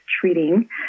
treating